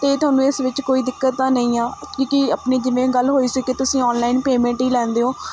ਅਤੇ ਤੁਹਾਨੂੰ ਇਸ ਵਿੱਚ ਕੋਈ ਦਿੱਕਤ ਤਾਂ ਨਹੀਂ ਆ ਕਿਉਂਕਿ ਆਪਣੀ ਜਿਵੇਂ ਗੱਲ ਹੋਈ ਸੀ ਕਿ ਤੁਸੀਂ ਔਨਲਾਈਨ ਪੇਮੈਂਟ ਹੀ ਲੈਂਦੇ ਹੋ